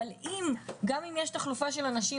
אבל אם גם כאשר יש תחלופה של אנשים